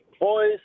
Boys